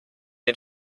den